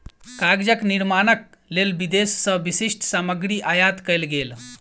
कागजक निर्माणक लेल विदेश से विशिष्ठ सामग्री आयात कएल गेल